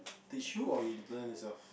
teach you or you learn yourself